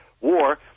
war